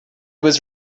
was